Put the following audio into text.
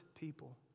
people